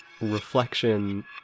reflection